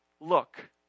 look